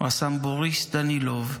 רס"מ בוריס דנילוב,